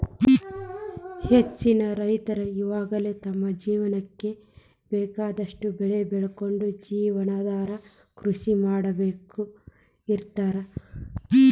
ಹೆಚ್ಚಿನ ರೈತರ ಇವಾಗೆಲ್ಲ ತಮ್ಮ ಜೇವನಕ್ಕ ಬೇಕಾದಷ್ಟ್ ಬೆಳಿ ಬೆಳಕೊಂಡು ಜೇವನಾಧಾರ ಕೃಷಿ ಮಾಡ್ಕೊಂಡ್ ಇರ್ತಾರ